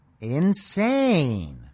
insane